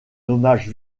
hommage